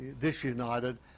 disunited